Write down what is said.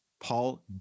Paul